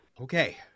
Okay